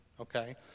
Okay